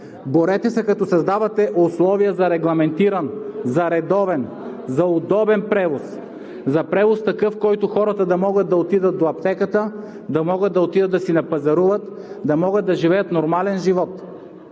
Борете се, като създавате условия за регламентиран, за редовен, за удобен превоз, за превоз такъв, с който хората да могат да отидат до аптеката, да могат да отидат да си напазаруват, да могат да живеят нормален живот.